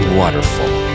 waterfall